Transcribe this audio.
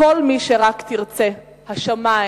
כל מי שרק תרצה, השמים